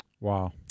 Wow